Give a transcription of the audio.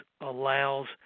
allows